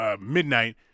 midnight